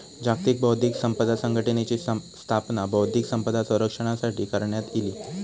जागतिक बौध्दिक संपदा संघटनेची स्थापना बौध्दिक संपदा संरक्षणासाठी करण्यात इली